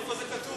איפה זה כתוב?